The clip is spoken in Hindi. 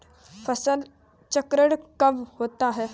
फसल चक्रण कब होता है?